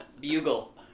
Bugle